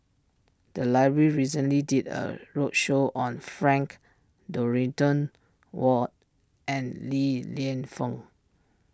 the library recently did a roadshow on Frank Dorrington Ward and Li Lienfung